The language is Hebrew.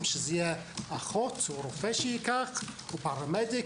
שזה יהיה אחות רופא שייקח או פרמדיק,